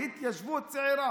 תרגומם: